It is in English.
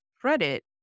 credit